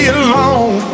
alone